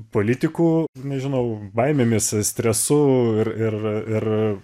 politikų nežinau baimėmis stresu ir ir ir